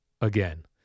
again